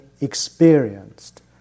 experienced